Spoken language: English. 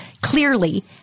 clearly